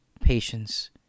patience